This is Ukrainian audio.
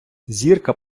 зірка